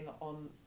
on